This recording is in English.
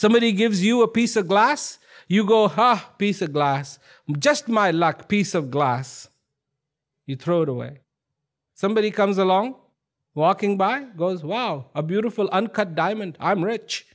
somebody gives you a piece of glass you go ha piece of glass just my luck piece of glass you throw it away somebody comes along walking by goes wow a beautiful uncut diamond i'm rich